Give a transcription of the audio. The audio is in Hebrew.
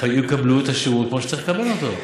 יקבלו את השירות כמו שצריך לקבל אותו.